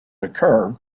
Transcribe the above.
occur